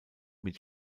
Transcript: mit